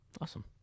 Awesome